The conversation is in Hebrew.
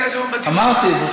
אמרתי.